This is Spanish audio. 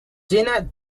jenna